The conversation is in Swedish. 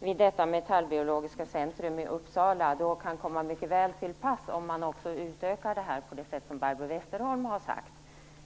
vid Metallbiologiskt centrum i Uppsala kan komma mycket väl till pass om man utökar det här på det sätt som Barbro Westerholm har sagt.